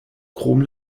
krom